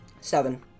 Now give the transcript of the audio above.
seven